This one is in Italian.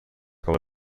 come